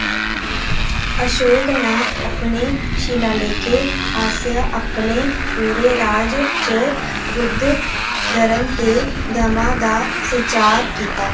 अशोक ने अपने शिलालेखें आसेआ अपने पूरे राज च बौद्ध धर्म ते धम्मा दा संचार कीत्ता